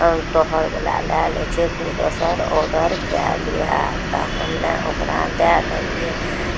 हम तोहरवला लए लै छी तू दोसर ऑर्डर कए लिहेँ तऽ हम ने ओकरा दए देलियै